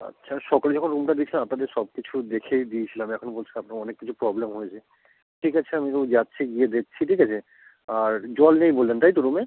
আচ্ছা সকালে যখন রুমটা দিয়েছিলাম আপনাদের সব কিছু দেখেই দিয়েছিলাম এখন বলছেন আপনার অনেক কিছু প্রবলেম হয়েছে ঠিক আছে আমি তবু যাচ্ছি গিয়ে দেখছি ঠিক আছে আর জল নেই বললেন তাই তো রুমে